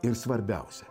ir svarbiausia